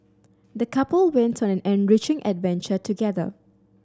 the couple went on an enriching adventure together